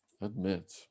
Admit